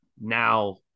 Now